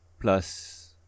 plus